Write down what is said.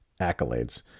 accolades